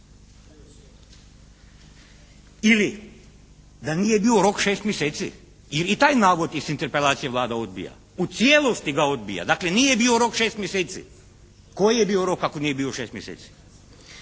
Ili da nije bio rok 6 mjeseci? Jer i taj navod iz Interpelacije Vlada odbija, u cijelosti ga odbija. Dakle nije bio rok 6 mjeseci. Koji je bio rok ako nije bio 6 mjeseci?